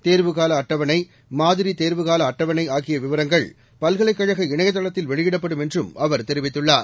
தேர்வு கால அட்டவணை மாதிரி தேர்வு கால அட்டவணை ஆகிய விவரங்கள் பல்கலைக் கழக இணையதளத்தில் வெளியிடப்படும் என்றும் அவர் தெரிவித்துள்ளார்